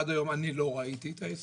עד היום אני לא ראיתי את ההסכם,